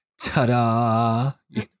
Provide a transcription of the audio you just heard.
Ta-da